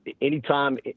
Anytime